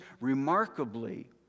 remarkably